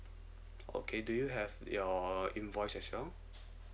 okay do you have your invoice as well